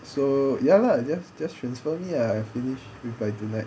so ya lah just just transfer me I finished with by tonight